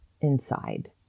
inside